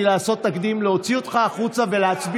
אל תגיד לי "אל תתחכם".